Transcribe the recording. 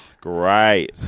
great